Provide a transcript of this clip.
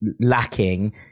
lacking